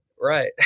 right